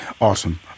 Awesome